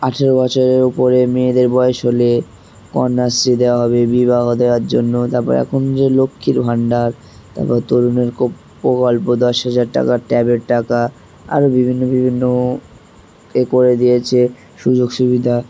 আঠেরো বছরের উপরে মেয়েদের বয়স হলে কন্যাশ্রী দেওয়া হবে বিবাহ দেওয়ার জন্য তারপর এখন যে লক্ষ্মীর ভাণ্ডার তারপর তরুণের ক প্রকল্প দশ হাজার টাকার ট্যাবলেট টাকা আরও বিভিন্ন বিভিন্ন এ করে দিয়েছে সুযোগ সুবিধা